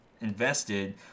invested